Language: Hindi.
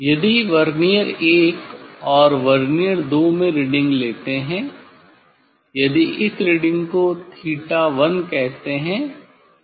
यदि वर्नियर 1 और वर्नियर 2 में रीडिंग लेते हैं यदि इस रीडिंग को '𝛉1' कहतें है